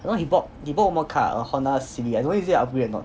you know he bought he bought one car a Honda civic I don't know if it's a upgrade or not